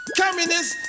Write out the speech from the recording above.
communists